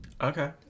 Okay